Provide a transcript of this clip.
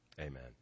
Amen